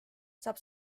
saab